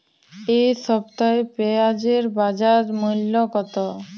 এ সপ্তাহে পেঁয়াজের বাজার মূল্য কত?